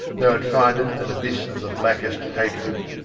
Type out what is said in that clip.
they would find it an abyss of the blackest hatred.